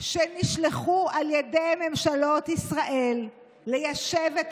שנשלחו על ידי ממשלות ישראל ליישב את